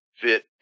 fit